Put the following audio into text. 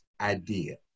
idea